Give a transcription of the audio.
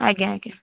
ଆଜ୍ଞା ଆଜ୍ଞା